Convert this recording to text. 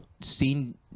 seen